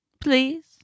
please